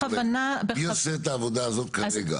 מי עושה את העבודה הזאת כרגע?